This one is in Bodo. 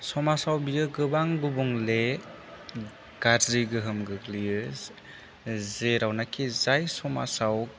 समाजाव बियो गोबां गुबुंले गाज्रि गोहोम गोग्लैयो जेरावनाखि जाय समाजाव